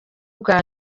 bwa